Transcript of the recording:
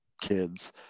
kids